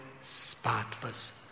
spotless